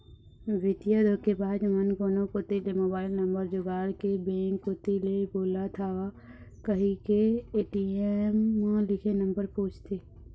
बित्तीय धोखेबाज मन कोनो कोती ले मोबईल नंबर जुगाड़ के बेंक कोती ले बोलत हव कहिके ए.टी.एम म लिखे नंबर पूछथे